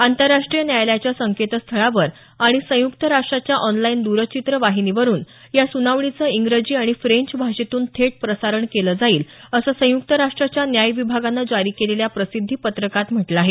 आंतरराष्ट्रीय न्यायालयाच्या संकेतस्थळावर आणि संयुक्त राष्ट्राच्या ऑनलाईन द्रचित्रवाहिनीवरुन या सुनावणीचं इंग्रजी आणि फ्रेंच भाषेमधून थेट प्रसारण केलं जाईल असं संयुक्त राष्ट्राच्या न्याय विभागानं जारी केलेल्या प्रसिद्धी पत्रकात म्हटलं आहे